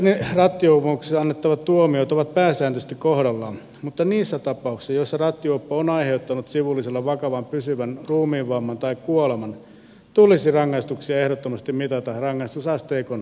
mielestäni rattijuopumuksesta annettavat tuomiot ovat pääsääntöisesti kohdallaan mutta niissä tapauksissa joissa rattijuoppo on aiheuttanut sivulliselle vakavan pysyvän ruumiinvamman tai kuoleman tulisi rangaistuksia ehdottomasti mitata rangaistusasteikon yläpäästä